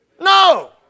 No